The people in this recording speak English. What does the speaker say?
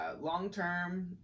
long-term